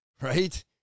Right